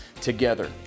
together